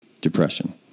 Depression